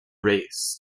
race